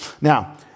Now